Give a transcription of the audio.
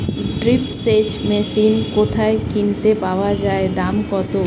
Drip সেচ machine কোথায় কিনতে পাওয়া যায় দাম কত?